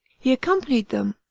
he accompanied them,